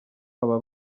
aba